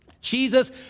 Jesus